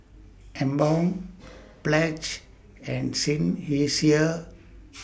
Emborg Pledge and Seinheiser